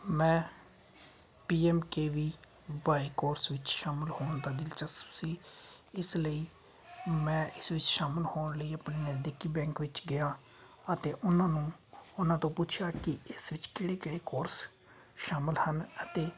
ਮੈਂ PMKVY course ਵਿੱਚ ਸ਼ਾਮਿਲ ਹੋਣ ਦਾ ਦਿਲਚਸਪ ਸੀ ਇਸ ਲਈ ਮੈਂ ਇਸ ਵਿੱਚ ਸ਼ਾਮਿਲ ਹੋਣ ਲਈ ਆਪਣੇ ਨਜ਼ਦੀਕੀ ਬੈਂਕ ਵਿੱਚ ਗਿਆ ਅਤੇ ਉਹਨਾਂ ਨੂੰ ਉਹਨਾਂ ਤੋਂ ਪੁੱਛਿਆ ਕਿ ਇਸ ਵਿੱਚ ਕਿਹੜੇ ਕਿਹੜੇ ਕੋਰਸ ਸ਼ਾਮਿਲ ਹਨ ਅਤੇ